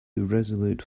irresolute